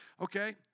Okay